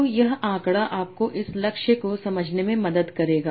तो यह आंकड़ा आपको इस लक्ष्य को समझने में मदद करेगा